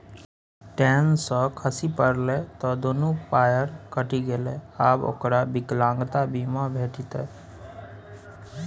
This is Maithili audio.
टेन सँ खसि पड़लै त दुनू पयर कटि गेलै आब ओकरा विकलांगता बीमा भेटितै